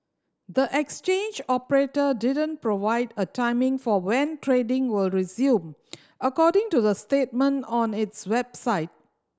the exchange operator didn't provide a timing for when trading will resume according to the statement on its website